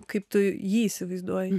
kaip tu jį įsivaizduoji